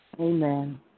Amen